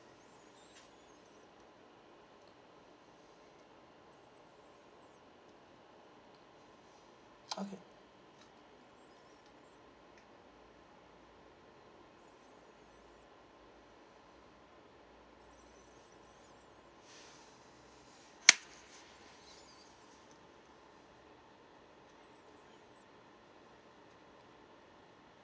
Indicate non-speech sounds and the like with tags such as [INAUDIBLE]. okay [NOISE]